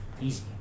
Easy